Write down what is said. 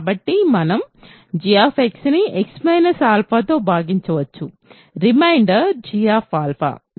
కాబట్టి మనం g ని X తో భాగించవచ్చు రిమైండర్ g